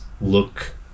look